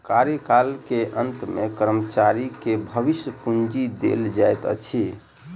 कार्यकाल के अंत में कर्मचारी के भविष्य पूंजी देल जाइत अछि